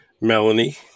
Melanie